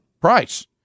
price